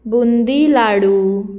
boondi लाडू